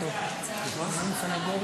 שלוש דקות, אדוני, לרשותך.